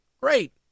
Great